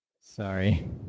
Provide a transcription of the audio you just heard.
Sorry